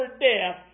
death